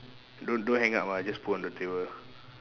don't don't hang up ah just put on the table